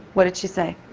what did she say?